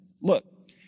Look